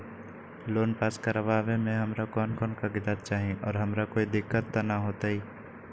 Loan pass करवावे में हमरा कौन कौन कागजात चाही और हमरा कोई दिक्कत त ना होतई?